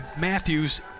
Matthews